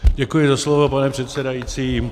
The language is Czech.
Děkuji za slovo, pane předsedající.